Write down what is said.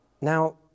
Now